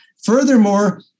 furthermore